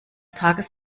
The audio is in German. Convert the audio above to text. tages